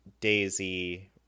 Daisy